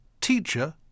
Teacher